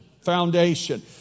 Foundation